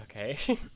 Okay